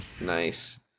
Nice